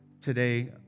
today